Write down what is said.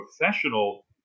professional